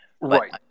Right